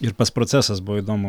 ir pats procesas buvo įdomu